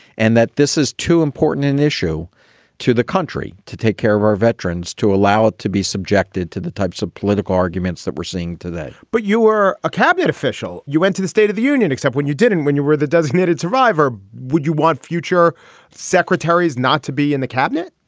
and that this is too important an issue to the country to take care of our veterans, to allow it to be subjected to the types of political arguments that we're seeing today but you were a cabinet official. you went to the state of the union, except when you didn't when you were the designated survivor. would you want future secretaries not to be in the cabinet?